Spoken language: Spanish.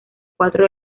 cuatro